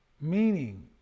Meaning